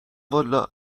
والا